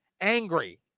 angry